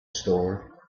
store